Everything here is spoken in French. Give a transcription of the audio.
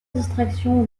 distraction